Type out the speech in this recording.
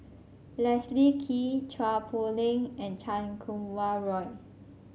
Leslie Kee Chua Poh Leng and Chan Kum Wah Roy